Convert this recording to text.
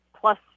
plus